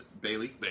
Bailey